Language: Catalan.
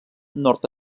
nord